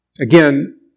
Again